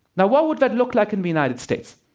now, what would that look like in the united states?